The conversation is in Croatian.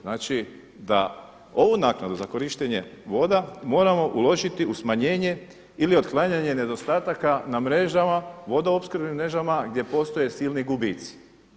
Znači da ovu naknadu za korištenje voda moramo uložiti u smanjenje ili otklanjanje nedostataka na mrežama, vodoopskrbnim mrežama gdje postoje silni gubitci.